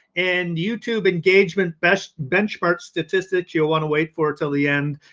and youtube engagement best benchmark statistics you'll want to wait for till the end.